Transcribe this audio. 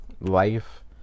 life